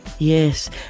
Yes